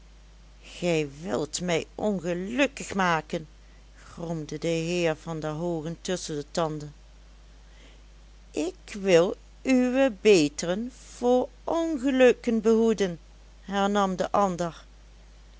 gij wilt mij ongelukkig maken gromde de heer van der hoogen tusschen de tanden ik wil uwe beteren voor ongelukken behoeden hernam de ander